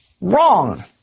Wrong